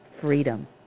freedom